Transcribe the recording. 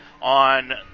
on